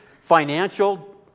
financial